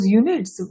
units